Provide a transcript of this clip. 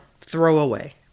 throwaway